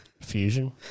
Fusion